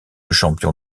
champion